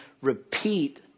repeat